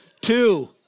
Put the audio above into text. Two